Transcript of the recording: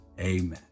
amen